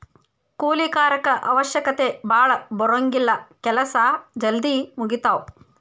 ಕೂಲಿ ಕಾರರ ಅವಶ್ಯಕತೆ ಭಾಳ ಬರುಂಗಿಲ್ಲಾ ಕೆಲಸಾ ಜಲ್ದಿ ಮುಗಿತಾವ